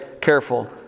careful